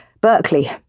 Berkeley